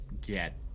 get